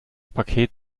paket